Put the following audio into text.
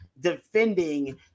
defending